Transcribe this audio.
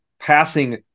passing